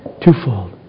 twofold